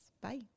Bye